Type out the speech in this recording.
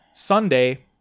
sunday